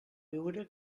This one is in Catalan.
viure